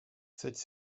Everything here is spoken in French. cette